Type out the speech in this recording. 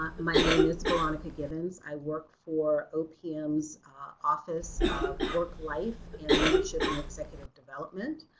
um my name is veronica gibbons i worked for opm's office of work-life and leadership in the executive development.